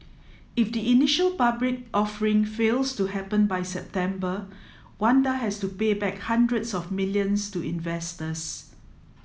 if the initial public offering fails to happen by September Wanda has to pay back hundreds of millions to investors